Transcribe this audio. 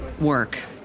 work